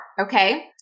okay